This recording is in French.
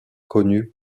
connu